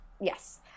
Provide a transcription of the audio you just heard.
Yes